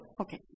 okay